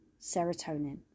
serotonin